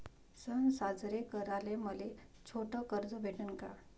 सन साजरे कराले मले छोट कर्ज भेटन का?